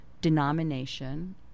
denomination